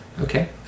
Okay